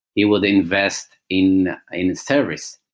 it would invest in in service.